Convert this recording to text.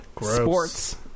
sports